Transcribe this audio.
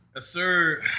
sir